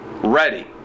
ready